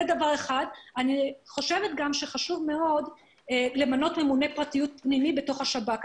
אני גם חושבת שחשוב מאוד למנות ממונה פרטיות פנימי בתוך השב"כ.